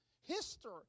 history